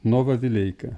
nova vileika